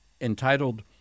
entitled